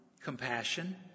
compassion